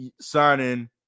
signing